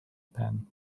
pen